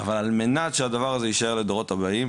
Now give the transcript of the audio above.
אבל על מנת שהדבר הזה יישאר לדורות הבאים,